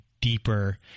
deeper